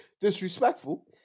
disrespectful